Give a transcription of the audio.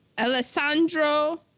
Alessandro